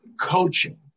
Coaching